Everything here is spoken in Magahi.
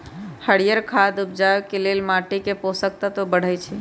हरियर खाद उपजाके लेल माटीके पोषक तत्व बढ़बइ छइ